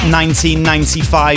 1995